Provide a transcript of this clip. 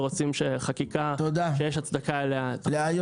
רוצים שחקיקה שיש הצדקה אליה --- תודה.